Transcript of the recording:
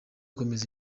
gukomeza